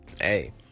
Hey